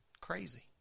crazy